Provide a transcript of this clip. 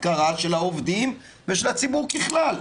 הפקרה של העובדים ושל הציבור ככלל,